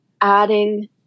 adding